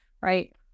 right